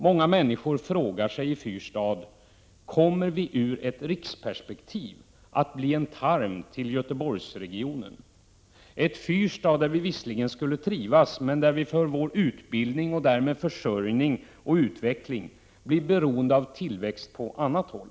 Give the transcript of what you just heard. Många människor i Fyrstad frågar sig: Kommer vi ur ett riksperspektiv att bli en tarm till Göteborgsregionen — ett Fyrstad, där vi visserligen skulle trivas men där vi för vår utbildning och därmed för vår försörjning och utveckling blir beroende av tillväxt på annat håll?